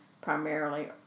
primarily